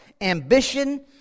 ambition